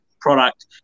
product